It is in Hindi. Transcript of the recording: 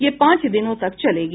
यह पांच दिनों तक चलेगी